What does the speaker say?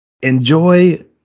enjoy